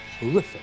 horrific